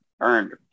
earned